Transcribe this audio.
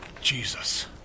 Jesus